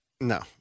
No